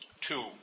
Two